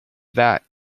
that